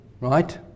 right